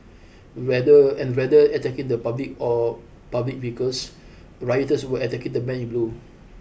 rather and rather attacking the public or public vehicles rioters were attacking the men in blue